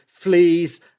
Fleas